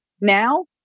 now